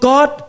God